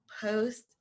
post